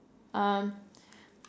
um